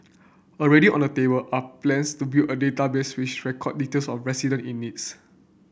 already on the table are plans to build a database which record details of resident in needs